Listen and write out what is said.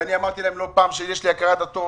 ואני אמרתי להם לא פעם שיש לי הכרת הטוב,